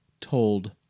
told